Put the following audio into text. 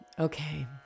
Okay